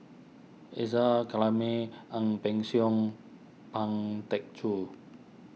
Isa Kalami Ang Peng Siong Ang Teck Joon